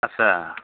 आच्चा